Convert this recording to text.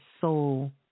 soul